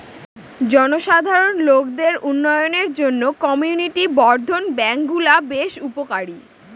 জনসাধারণ লোকদের উন্নয়নের জন্য কমিউনিটি বর্ধন ব্যাঙ্কগুলা বেশ উপকারী